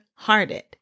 hearted